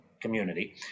community